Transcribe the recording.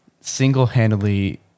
single-handedly